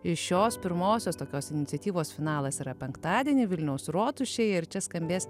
iš šios pirmosios tokios iniciatyvos finalas yra penktadienį vilniaus rotušėj ir čia skambės